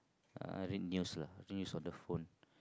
I read news lah news on the phone